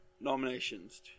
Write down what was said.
Nominations